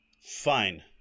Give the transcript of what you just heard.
fine